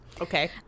Okay